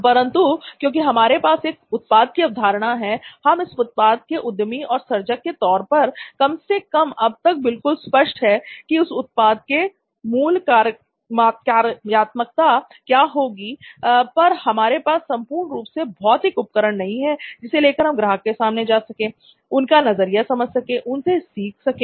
परंतु क्योंकि हमारे पास एक उत्पाद की अवधारणा है हम इस उत्पाद के उद्यमी और सर्जक के तौर पर कम से कम अब तक बिल्कुल स्पष्ट है की इस उत्पाद में मूल कार्यात्मकता क्या होगी पर हमारे पास संपूर्ण रूप से भौतिक उपकरण नहीं है जिसे लेकर हम ग्राहक के पास जा सके उनका नजरिया समझ सके उनसे सीख सकें